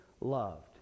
loved